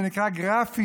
זה נקרא גרפיטי.